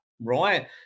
right